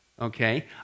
Okay